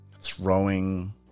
throwing